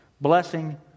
Blessing